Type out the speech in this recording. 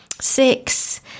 six